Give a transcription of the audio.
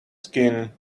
skin